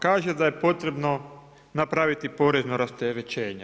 Kaže da je potrebno napraviti porezno rasterećenje.